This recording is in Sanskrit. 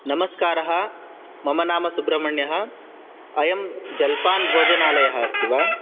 नमस्कारः मम नाम सुब्रमण्यः अयं जल्पान् भोजनालयः अस्ति वा